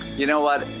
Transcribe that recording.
you know what?